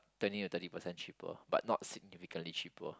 twenty to thirty percent cheaper but not significantly cheaper